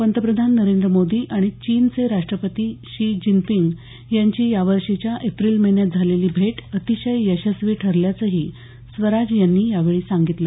पंतप्रधान नरेंद्र मोदी आणि चीनचे राष्ट्रपती शी जिनपिंग यांची यावर्षीच्या एप्रिल महिन्यात झालेली भेट अतिशय यशस्वी ठरल्याचंही स्वराज यांनी यावेळी सांगितलं